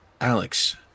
Alex